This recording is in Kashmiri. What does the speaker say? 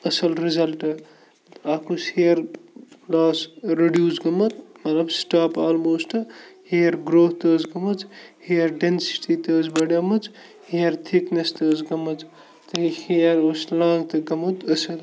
اَصٕل رِزَلٹ اَکھ اوس ہِیَر لاس رِڈیوٗس گوٚمُت مطلب سٕٹاپ آلموسٹ ہِیَر گرٛوتھ تہٕ ٲس گٔمٕژ ہِیَر ڈٮ۪نسِٹی تہٕ ٲس بَڑیمٕژ ہِیَر تھِکنٮ۪س تہٕ ٲس گٔمٕژ تہٕ یہِ ہِیَر اوس لانٛگ تہٕ گوٚمُت اَصٕل